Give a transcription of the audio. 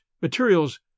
materials